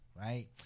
right